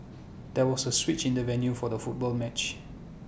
there was A switch in the venue for the football match